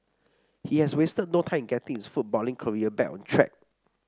he has wasted no time in getting his footballing career back on track